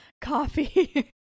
coffee